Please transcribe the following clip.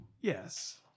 Yes